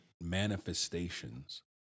manifestations